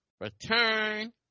Return